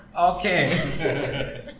Okay